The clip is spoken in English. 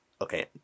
Okay